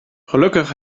gelukkig